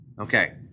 Okay